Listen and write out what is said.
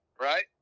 Right